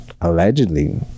allegedly